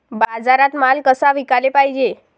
बाजारात माल कसा विकाले पायजे?